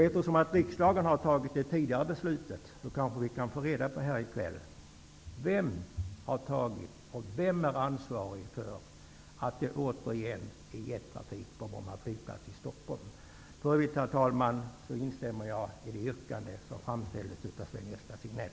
Eftersom riksdagen har fattat det tidigare beslutet, kanske vi här i kväll kan få reda på vem som är ansvarig för att det återigen är jettrafik på Bromma flygplats i Stockholm? I övrigt, herr talman, instämmer jag med det yrkande som framställdes av Sven-Gösta Signell.